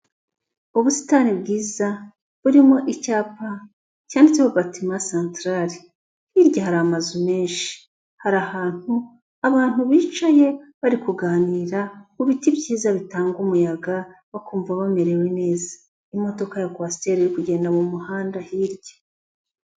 Ubusitani bwiza, burimo icyapa batiment centrale, hirya hari amazu menshi, hari ahantu abantu bicaye bari kuganira ku biti ibyiza bitanga umuyaga bakumva bamerewe neza, imodoka ya kwasiteri iri kugenda mu muhanda hirya.